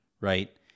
Right